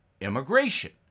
immigration